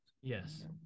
Yes